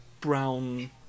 brown